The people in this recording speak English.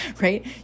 right